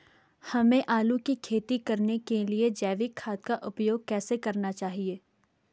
हमें आलू की खेती करने के लिए जैविक खाद का उपयोग कैसे करना चाहिए?